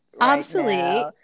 obsolete